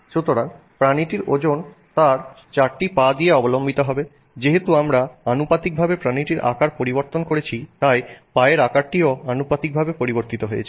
সুতরাং প্রাণীটির ওজন তার চারটি পা দিয়ে অবলম্বিত হবে যেহেতু আমরা আনুপাতিকভাবে প্রাণীটির আকার পরিবর্তন করেছি তাই পায়ের আকারটিও আনুপাতিকভাবে পরিবর্তিত হয়েছে